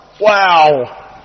Wow